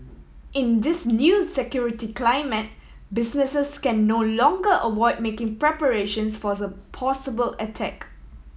in this new security climate businesses can no longer avoid making preparations for the possible attack